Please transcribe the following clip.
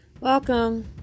welcome